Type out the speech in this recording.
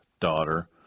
daughter